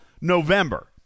November